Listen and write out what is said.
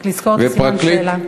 רק לזכור את סימן השאלה.